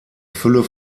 fülle